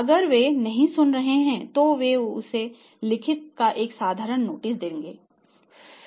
अगर वे नहीं सुन रहे हैं तो वे उन्हें लिखित में एक साधारण नोटिस देंगे